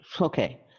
Okay